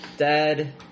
Dad